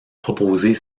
proposer